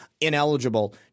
ineligible